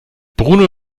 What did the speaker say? bruno